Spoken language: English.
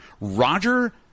roger